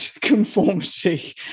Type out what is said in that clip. conformity